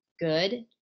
good